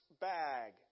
bag